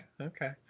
okay